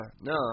no